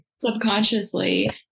subconsciously